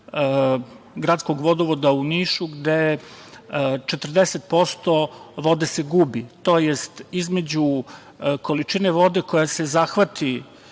gradskog vodovoda u Nišu, gde se 40% vode gubi, tj. između količine vode koja se zahvati